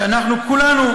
שכולנו,